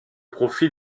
profit